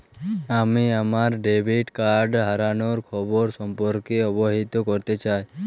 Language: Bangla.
আমি আমার ডেবিট কার্ড হারানোর খবর সম্পর্কে অবহিত করতে চাই